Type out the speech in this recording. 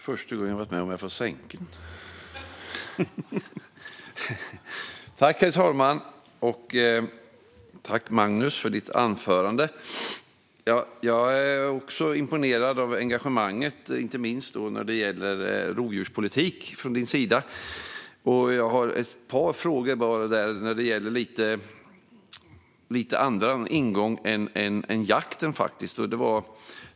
Herr talman! Tack, Magnus, för ditt anförande! Jag är också imponerad av engagemanget, inte minst när det gäller rovdjurspolitiken, från din sida. Jag har ett par frågor med en lite annan ingång än jakt.